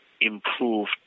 improved